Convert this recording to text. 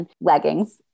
leggings